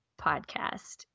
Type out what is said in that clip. podcast